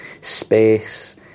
space